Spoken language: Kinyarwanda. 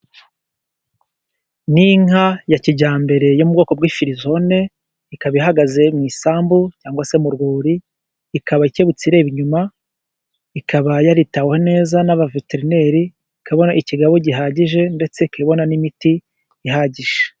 Ni inka ya kijyambere yo mu bwoko bw'imfirizone, ikaba ihagaze mu isambu cyangwa se mu rwuri ikaba ikebutse ireba inyuma. Ikaba yaritaweho neza n'abaveterineri ikabona ikigabo gihagije ndetse ikaba ibona n'imiti ihagije.